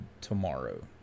tomorrow